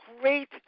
great